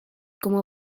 como